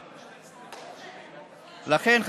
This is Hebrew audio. לכן,